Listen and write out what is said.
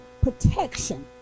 protection